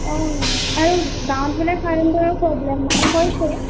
অঁ আৰু গাঁৱত গ'লে কাৰেণ্টৰ প্ৰব্লেম নাই হৈছেই